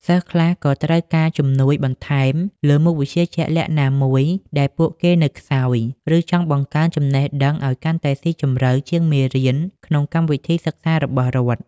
សិស្សខ្លះក៏ត្រូវការជំនួយបន្ថែមលើមុខវិជ្ជាជាក់លាក់ណាមួយដែលពួកគេនៅខ្សោយ ឬចង់បង្កើនចំណេះដឹងឲ្យកាន់តែស៊ីជម្រៅជាងមេរៀនក្នុងកម្មវិធីសិក្សារបស់រដ្ឋ។